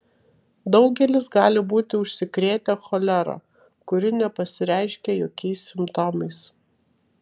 daugelis gali būti užsikrėtę cholera kuri nepasireiškia jokiais simptomais